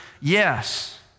Yes